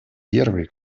первые